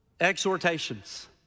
exhortations